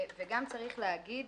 וגם צריך להגיד,